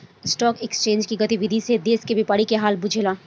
stock exchange के गतिविधि से देश के व्यापारी के हाल बुझला